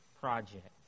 project